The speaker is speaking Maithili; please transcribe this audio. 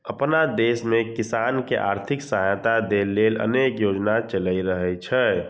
अपना देश मे किसान कें आर्थिक सहायता दै लेल अनेक योजना चलि रहल छै